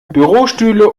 bürostühle